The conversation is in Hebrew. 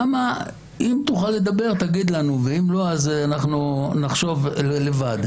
אם תוכל לדבר, תגיד לנו, ואם לא, נחשוב לבד.